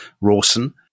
Rawson